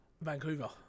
Vancouver